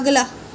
अगला